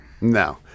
No